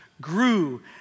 grew